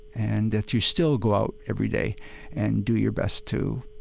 and that you still go out every day and do your best to,